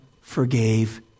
forgave